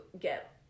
get